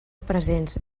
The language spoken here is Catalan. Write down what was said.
presents